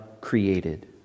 created